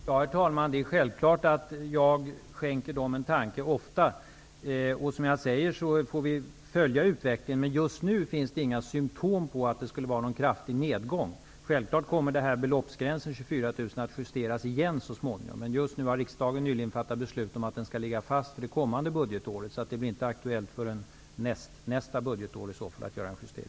Herr talman! Det är självklart att jag ofta skänker dem en tanke. Vi får följa utvecklingen. Just nu finns inga symtom på någon kraftig nedgång. Självfallet kommer beloppsgränsen, 24 000 kr, att justeras igen så småningom. Riksdagen har nyligen fattat beslut om att den skall ligga fast för det kommande budgetåret. Det blir inte aktuellt att göra någon justering förrän nästnästa budgetår.